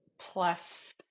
plus